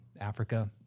Africa